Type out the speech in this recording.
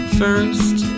first